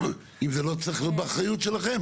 השאלה אם זה לא צריך להיות באחריות שלכם,